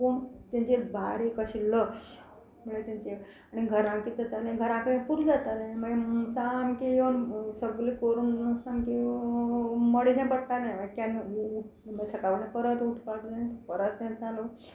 पूण तेंचेर बारीक अशें लक्ष म्हळ्या तेंचे आनी घरांक कितें जातालें घरांकय पुरो जातालें मागीर सामकें येवन सगळें करून सामकें मडेशें पडटालें मागीर केन्ना सकाळ फुडें परत उठपाक जाय परत तेंच चालू